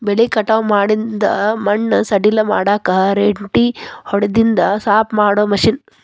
ಬೆಳಿ ಕಟಾವ ಮಾಡಿಂದ ಮಣ್ಣ ಸಡಿಲ ಮಾಡಾಕ ರೆಂಟಿ ಹೊಡದಿಂದ ಸಾಪ ಮಾಡು ಮಿಷನ್